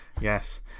Yes